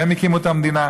שהם הקימו את המדינה.